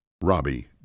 Robbie